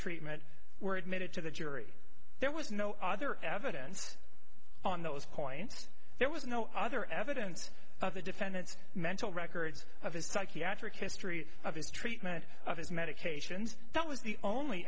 treatment were admitted to the jury there was no other evidence on those points there was no other evidence of the defendant's mental records of his psychiatric history of his treatment of his medications that was the only